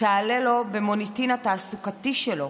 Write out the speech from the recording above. תעלה לו במוניטין התעסוקתי שלו.